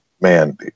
Man